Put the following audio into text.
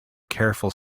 careful